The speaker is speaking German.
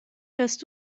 fährst